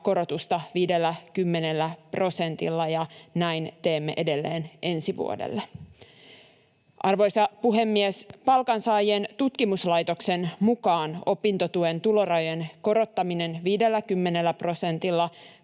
korotusta 50 prosentilla, ja näin teemme edelleen ensi vuodelle. Arvoisa puhemies! Palkansaajien tutkimuslaitoksen mukaan opintotuen tulorajojen korottaminen 50 prosentilla